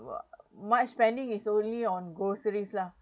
!wah! my spending is only on groceries lah